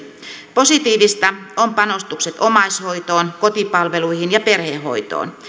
positiivista on panostukset omaishoitoon kotipalveluihin ja perhehoitoon